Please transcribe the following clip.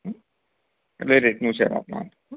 હ એટલે રેટનું છે